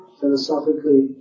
philosophically